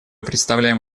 представляем